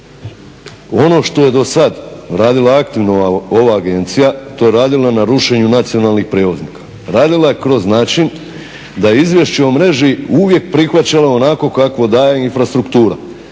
ono što je do sada radila aktivno ova agencija to je radila na rušenju nacionalnih prijevoznika. Radila je kroz način da je izvješće o mreži uvijek prihvaćala onako kakvo daje infrastruktura.